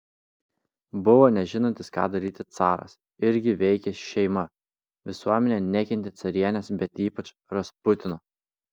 buvo nežinantis ką daryti caras irgi veikė šeima visuomenė nekentė carienės bet ypač rasputino